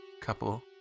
couple